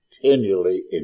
continually